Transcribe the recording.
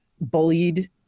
bullied